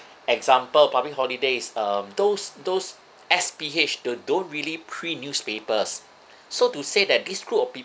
example public holidays um those those S_P_H don't don't really print newspapers so to say that this group of